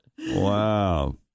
Wow